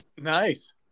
Nice